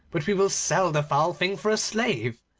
but we will sell the foul thing for a slave,